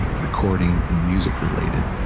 recording, and music related.